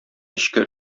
эчке